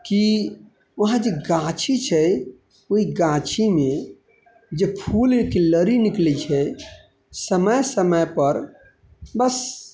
कि वहाँ जे गाछी छै ओहि गाछीमे जे फूलके लड़ी निकलै छै समय समयपर बस